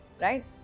Right